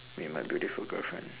meet my beautiful girlfriend